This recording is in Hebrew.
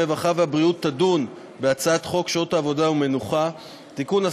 הרווחה והבריאות תדון בהצעת חוק שעות עבודה ומנוחה (תיקון,